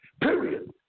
Period